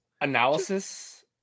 Analysis